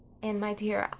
anne, my dear,